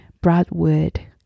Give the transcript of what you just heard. Broadwood